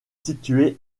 situé